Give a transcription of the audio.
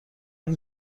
این